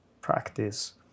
practice